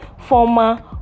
former